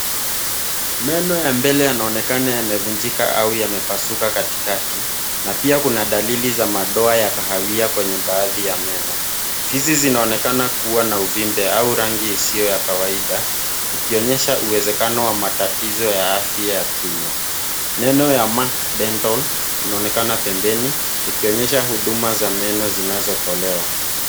Meno ya mbele yanaonekana yamevunjika au yamepasuka katikati na pia kuna dalili ya ma doaya kahawia kwenye baadhi ya meno. Fizi zinaonekana kuwa na uvimbe au rangi isiyo ya kawaida ikionyesha uwezekano wa matatizo ya afya ya kinywa. Neno Yamak dental inaonekana pembeni ikionyesha huduma za meno zinazotolewa.